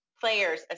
Players